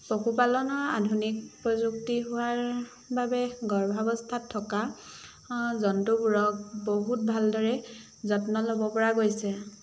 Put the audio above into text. পশুপালনৰ আধুনিক প্ৰযুক্তি হোৱাৰ বাবে গৰ্ভাৱস্থাত থকা জন্তুবোৰক বহুত ভালদৰে যত্ন ল'ব পৰা গৈছে